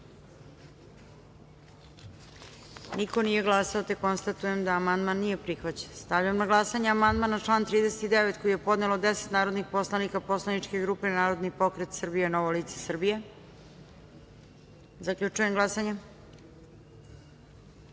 glasanje: za - niko. Konstatujem da amandman nije prihvaćen. Stavljam na glasanje amandman na član 42. koji je podnelo 12 narodnih poslanika poslaničke grupe Narodni pokret Srbije - Novo lice Srbije. Zaključujem glasanje: